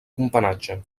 companatge